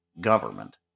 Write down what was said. government